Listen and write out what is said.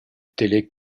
télé